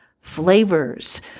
flavors